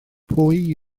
pwy